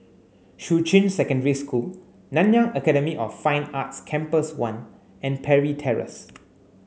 Shuqun Secondary School Nanyang Academy of Fine Arts Campus one and Parry Terrace